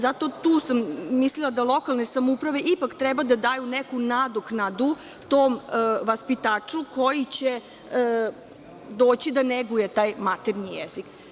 Zato tu sam, mislila da lokalne samouprave ipak treba da daju neku nadoknadu tom vaspitaču koji će doći da neguju taj maternji jezik.